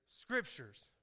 Scriptures